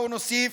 בואו נוסיף: